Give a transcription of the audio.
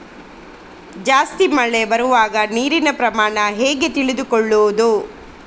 ಜಾಸ್ತಿ ಮಳೆ ಬರುವಾಗ ನೀರಿನ ಪ್ರಮಾಣ ಹೇಗೆ ತಿಳಿದುಕೊಳ್ಳುವುದು?